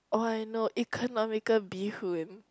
oh I know economical bee hoon